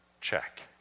check